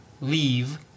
leave